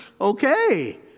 okay